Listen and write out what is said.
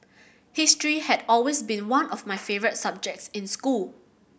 history had always been one of my favourite subjects in school